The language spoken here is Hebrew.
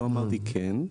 לא אמרתי כן,